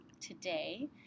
today